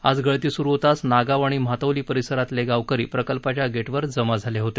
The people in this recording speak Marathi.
आज गळती सुरू होताच नागाव आणि म्हातवली परिसरातले गावकरी प्रकल्पाच्या गेटवर जमा झाले होते